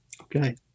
Okay